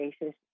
basis